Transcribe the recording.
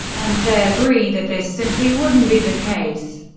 and they agree that this simply wouldn't be the case.